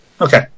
Okay